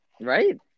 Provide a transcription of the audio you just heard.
right